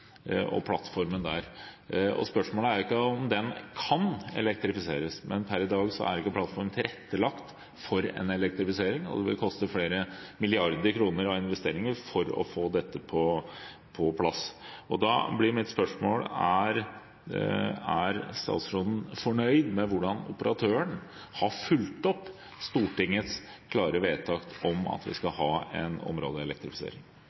og plattformen der. Spørsmålet er ikke om den kan elektrifiseres, men per i dag er ikke plattformen tilrettelagt for en elektrifisering, og det vil koste flere milliarder kroner i investeringer å få dette på plass. Da blir mitt spørsmål: Er statsråden fornøyd med hvordan operatøren har fulgt opp Stortingets klare vedtak om at vi skal ha en